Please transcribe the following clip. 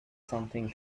something